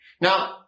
Now